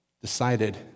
decided